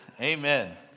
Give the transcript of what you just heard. Amen